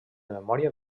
memòria